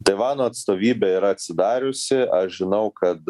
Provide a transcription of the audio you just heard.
taivano atstovybė yra atsidariusi aš žinau kad